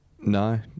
No